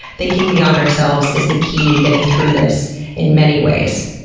thinking beyond ourselves is the key to getting through this in many ways.